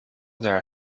their